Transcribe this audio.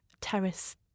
terrace